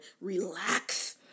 relax